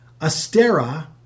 Astera